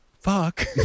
fuck